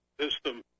system